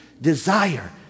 desire